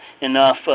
enough